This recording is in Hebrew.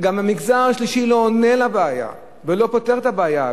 המגזר השלישי לא עונה לבעיה ולא פותר את הבעיה.